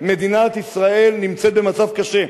מדינת ישראל נמצאת במצב קשה.